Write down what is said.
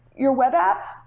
your web app,